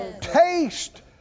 Taste